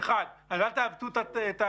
אז, אל תעוותו את העובדות.